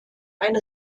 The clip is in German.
ein